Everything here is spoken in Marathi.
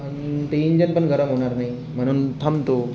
आणि ते इंजन पण गरम होणार नाही म्हणून थांबतो